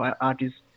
artists